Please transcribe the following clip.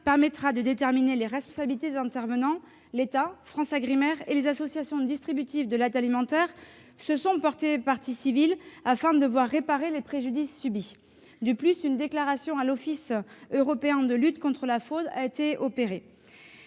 permettra de déterminer les responsabilités. L'État, FranceAgriMer et les associations qui distribuent l'aide alimentaire se sont portés parties civiles afin de voir réparés les préjudices subis. De plus, une déclaration à l'Office européen de lutte antifraude a été faite.